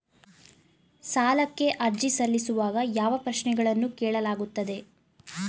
ಸಾಲಕ್ಕೆ ಅರ್ಜಿ ಸಲ್ಲಿಸುವಾಗ ಯಾವ ಪ್ರಶ್ನೆಗಳನ್ನು ಕೇಳಲಾಗುತ್ತದೆ?